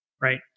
Right